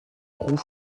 roux